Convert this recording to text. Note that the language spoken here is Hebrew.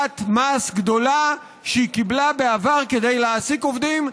מס גדולה שהיא קיבלה בעבר כדי להעסיק עובדים,